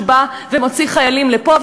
שבא ומוציא חיילים לפה,